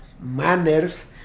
manners